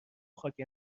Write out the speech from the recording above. خاک